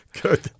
Good